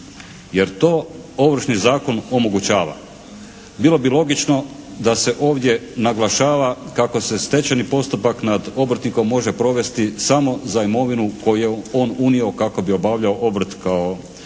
jer to Ovršni zakon omogućava. Bilo bi logično da se ovdje naglašava kako se stečajni postupak nad obrtnikom može provesti samo za imovinu koju je on unio kako bi obavljao obrt kao dodatnu